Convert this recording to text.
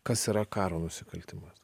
kas yra karo nusikaltimas